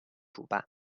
主办